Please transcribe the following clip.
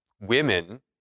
women